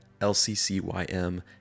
LCCYM